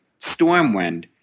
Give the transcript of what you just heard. Stormwind